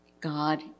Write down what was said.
God